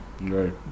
Right